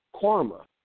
karma